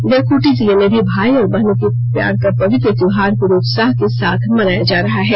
इधर खूंटी जिले में भी भाई और बहनों के प्यार का पवित्र त्योहार पूरे उत्साह के साथ मनाया जा रहा है